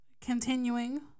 continuing